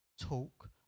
talk